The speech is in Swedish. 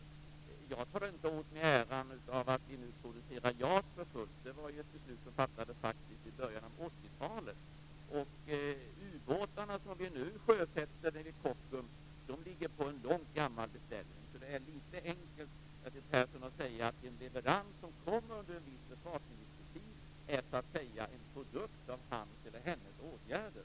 Jag tar inte åt mig äran av att vi nu producerar JAS för fullt - det var ju ett beslut som fattades i början av 80-talet - och ubåtarna som vi nu sjösätter vid Kockums ligger på en gammal beställning. Så det är, Bertil Persson, litet väl enkelt att säga att en leverans som kommer under en viss försvarsministertid så att säga är en produkt av denne försvarsministers åtgärder.